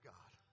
God